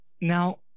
Now